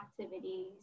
activities